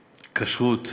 כשרות,